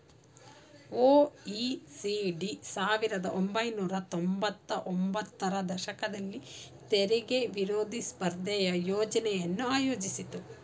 OECD ಸಾವಿರದ ಒಂಬೈನೂರ ತೊಂಬತ್ತ ಒಂಬತ್ತರ ದಶಕದಲ್ಲಿ ತೆರಿಗೆ ವಿರೋಧಿ ಸ್ಪರ್ಧೆಯ ಯೋಜ್ನೆಯನ್ನು ಆಯೋಜಿಸಿತ್ತು